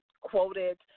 quoted